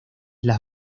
las